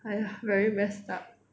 !aiya! very messed up